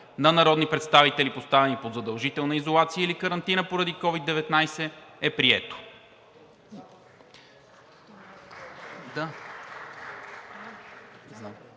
на народни представители, поставени под задължителна изолация или карантина поради COVID-19.